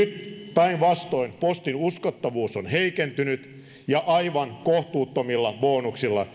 päinvastoin postin uskottavuus on heikentynyt ja johtoa palkitaan aivan kohtuuttomilla bonuksilla